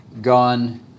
gone